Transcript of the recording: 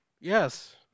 Yes